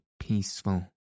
peaceful